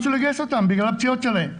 צה"ל לא רצה לגייס אותם בגלל הפציעות שלהם.